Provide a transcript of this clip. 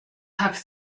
have